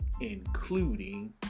including